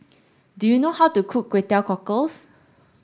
do you know how to cook Kway Teow Cockles